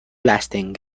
lasting